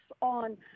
on